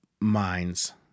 minds